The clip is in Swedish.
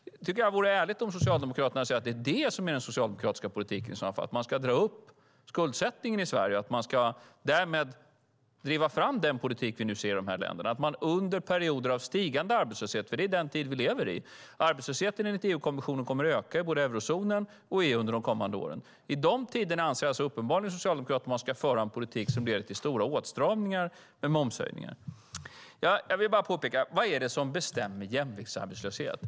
Jag tycker att det vore ärligt om Socialdemokraterna sade att det är det som är den socialdemokratiska politiken, det vill säga att man dra upp skuldsättningen i Sverige och därmed driva fram den politik vi nu ser i de här länderna. Enligt EU-kommissionen kommer arbetslösheten att öka i både eurozonen och EU under de kommande åren. I de tiderna anser uppenbarligen Socialdemokraterna att man ska föra en politik som leder till stora åtstramningar genom momshöjningar. Vad är det som bestämmer jämviktsarbetslöshet?